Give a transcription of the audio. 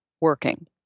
working